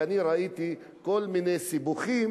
וראיתי כל מיני סיבוכים